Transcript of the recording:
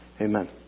amen